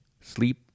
Sleep